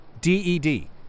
D-E-D